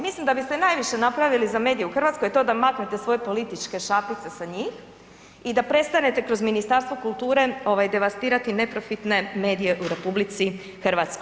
Mislim da biste najviše napravili za medije u RH to da maknete svoje političke šapice sa njih i da prestanete kroz Ministarstvo kulture ovaj devastirati neprofitne medije u RH.